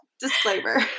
Disclaimer